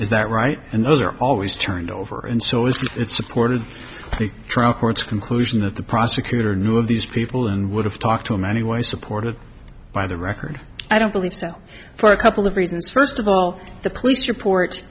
is that right and those are always turned over and so is it supported the trial court's conclusion that the prosecutor knew of these people and would have talked to him anyways to port of by the record i don't believe so for a couple of reasons first of all the police report